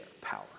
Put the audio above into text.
power